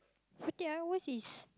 forty hours is